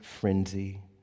frenzy